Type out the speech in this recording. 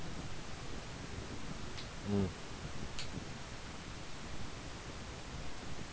mm